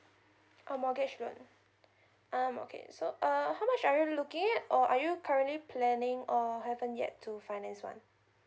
oh mortgage loan um okay so uh how much are you looking at or are you currently planning or haven't yet to finance one